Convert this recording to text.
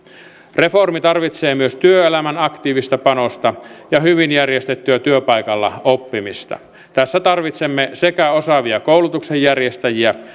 reformi tarvitsee myös työelämän aktiivista panosta ja hyvin järjestettyä työpaikalla oppimista tässä tarvitsemme sekä osaavia koulutuksen järjestäjiä